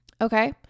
Okay